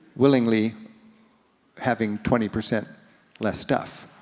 willingly having twenty percent less stuff.